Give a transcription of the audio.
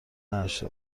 نداشته